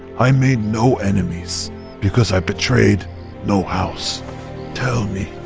i made no enemies because i betrayed no house tell me,